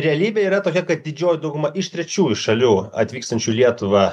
realybė yra tokia kad didžioji dauguma iš trečiųjų šalių atvykstančių į lietuvą